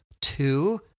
two